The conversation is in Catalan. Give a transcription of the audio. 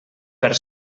per